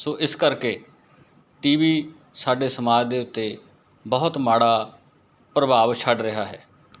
ਸੋ ਇਸ ਕਰਕੇ TV ਸਾਡੇ ਸਮਾਜ ਦੇ ਉੱਤੇ ਬਹੁਤ ਮਾੜਾ ਪ੍ਰਭਾਵ ਛੱਡ ਰਿਹਾ ਹੈ